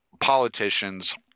politicians